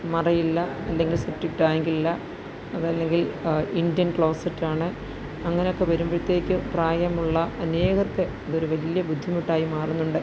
മറയില്ല അല്ലെങ്കിൽ സെപ്റ്റിക് ടാങ്കില്ല അതല്ലെങ്കിൽ ഇന്ത്യൻ ക്ലോസറ്റ് ആണ് അങ്ങനെയൊക്കെ വരുമ്പോഴത്തേക്കും പ്രായമുള്ള അനേകർക്ക് ഇതൊരു വലിയ ബുദ്ധിമുട്ടായി മാറുന്നുണ്ട്